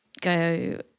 go